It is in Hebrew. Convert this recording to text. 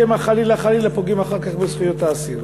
שמא חלילה פוגעים אחר כך בזכויות האסירים.